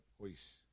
voice